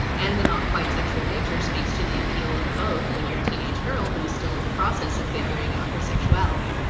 and the not quite sexual nature speaks to the appeal of both when you're a teenage girl who is still in the process of figuring out her sexuality.